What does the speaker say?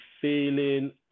feeling